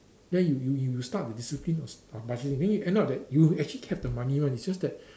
then you you you start with discipline on on budget that means you end up that you actually have the money one is just that